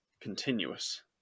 continuous